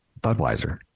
Budweiser